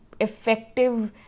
effective